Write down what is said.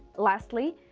lastly,